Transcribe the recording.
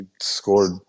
scored